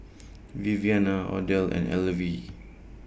Viviana Odell and Elvie